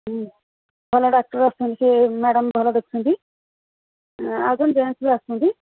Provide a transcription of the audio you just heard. ହୁଁ ଭଲ ଡକ୍ଟର୍ ଅଛନ୍ତି ସେ ମ୍ୟାଡ଼ାମ୍ ଭଲ ଦେଖୁଛନ୍ତି ଆଉ ଜଣେ ଜେନ୍ସ୍ ବି ଆସୁଛନ୍ତି